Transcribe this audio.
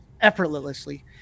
effortlessly